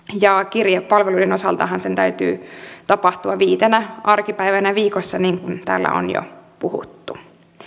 ja kirjepalvelujen osaltahan sen täytyy tapahtua viitenä arkipäivänä viikossa niin kuin täällä on jo puhuttu